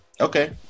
Okay